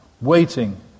waiting